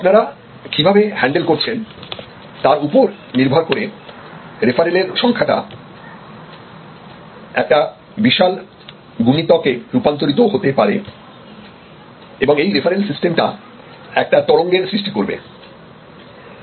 আপনারা কিভাবে হ্যান্ডেল করছেন তার ওপরে নির্ভর করে রেফারেলের সংখ্যাটা একটা বিশাল গুণিতক এ রূপান্তরিত হতে পারে এবং এই রেফারেল সিস্টেম টা একটা তরঙ্গের সৃষ্টি করবে